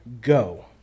go